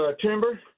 timber